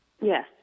Yes